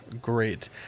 great